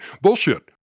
Bullshit